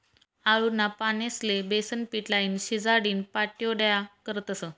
आळूना पानेस्ले बेसनपीट लाईन, शिजाडीन पाट्योड्या करतस